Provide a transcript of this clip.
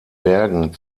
bergen